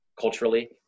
culturally